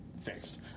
fixed